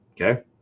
Okay